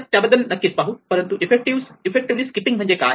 आपण त्याबद्दल नक्कीच पाहू परंतु इफेक्टिव्हली स्किपिंग म्हणजे काय